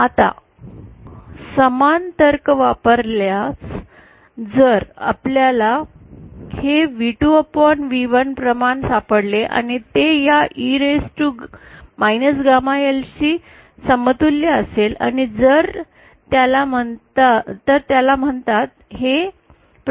आता समान तर्क वापरल्यास जर आपल्याला हे V2V1 प्रमाण सापडले आणि ते या e raise to शी समतुल्य असेल आणि तर त्याला म्हणतात हे प्रापगैशन कॉन्सेंटेंट सारखे आहे